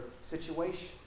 situation